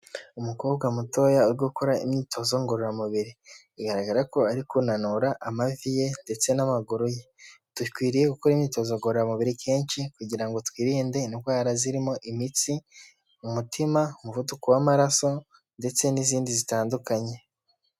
Umukobwa mutoya uri gukora imyitozo ngororamubiri, bigaragara ko ari kunanura amavi ye ndetse n'amaguru ye. Dukwiriye gukora imyitozo ngororamubiri kenshi kugira ngo twirinde indwara zirimo imitsi, umutima, umuvuduko w'amaraso ndetse n'izindi zitandukanye.